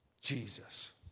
Jesus